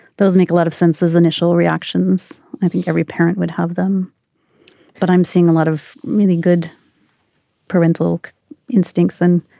those make a lot of sense as initial reactions. i think every parent would have them but i'm seeing a lot of meaning good parental instincts and.